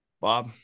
bob